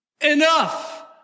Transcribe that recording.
enough